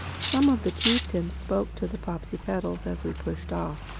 some of the chieftains spoke to the popsipetels as we pushed off.